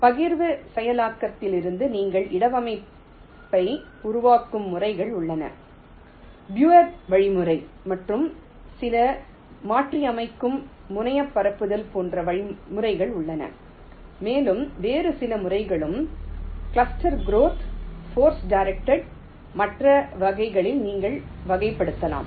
பகிர்வு செயலாக்கத்திலிருந்து நீங்கள் இடவமைப்பில்பை உருவாக்கும் முறைகள் உள்ளன ப்ரூயரின் வழிமுறை Breuer's algorithm மற்றும் சில மாற்றியமைக்கும் முனையப் பரப்புதல் போன்ற முறைகள் உள்ளன மேலும் வேறு சில முறைகளும் கிளஸ்ட்டர் கிரௌத போர்ஸ் டிரெசிடெட் மற்ற வகைகளில் நீங்கள் வகைப்படுத்தலாம்